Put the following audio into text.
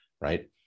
Right